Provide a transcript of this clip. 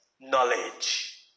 Knowledge